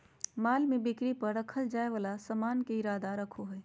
माल में बिक्री पर रखल जाय वाला सामान के इरादा रखो हइ